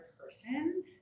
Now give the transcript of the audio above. person